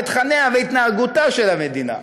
את תכניה ואת התנהגותה של המדינה.